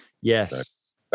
yes